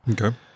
Okay